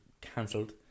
cancelled